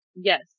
Yes